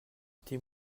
été